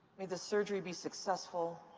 may the surgery be successful,